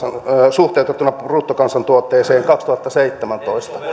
suhteutettuna bruttokansantuotteeseen kaksituhattaseitsemäntoista